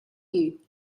you